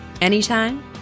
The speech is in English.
Anytime